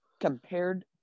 compared